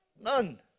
None